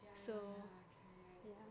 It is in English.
ya ya ya okay